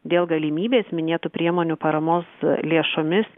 dėl galimybės minėtų priemonių paramos lėšomis